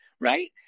right